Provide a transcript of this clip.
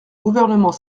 gouvernement